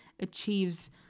achieves